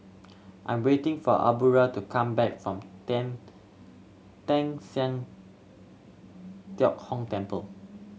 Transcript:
I'm waiting for Aubra to come back from Teng Teng San Tio Hock Temple